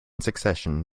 succession